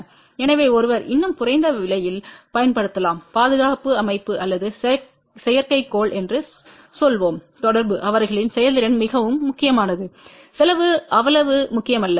எனவே ஒருவர் இன்னும் குறைந்த விலையில் பயன்படுத்தலாம் பாதுகாப்பு அமைப்பு அல்லது செயற்கைக்கோள் என்று சொல்வோம் தொடர்பு அவர்களின் செயல்திறன் மிகவும் முக்கியமானது செலவு அவ்வளவு முக்கியமல்ல